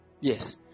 Yes